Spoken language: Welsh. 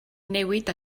newid